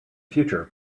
future